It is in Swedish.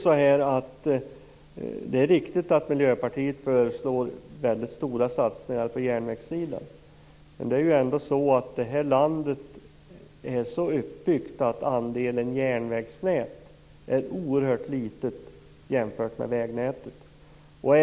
Det är riktigt att Miljöpartiet föreslår väldigt stora satsningar på järnvägssidan, men det här landets trafiksystem är så uppbyggt att andelen järnvägsnät är oerhört liten jämfört med andelen vägnät.